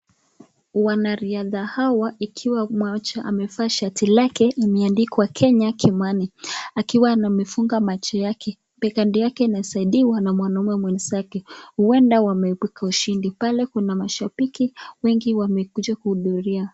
Wanariadha hawa ikiwa mmoja amevaa shati lake, limeandikwa Kenya, Kimani, akiwa anamefunga macho yake, bekando yake mesaidiwa, na mwanaume mwenzake, huenda wameipuka ushindi, pale kuna mashabiki, wengi wamekuja kudhuduria.